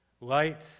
Light